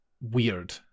weird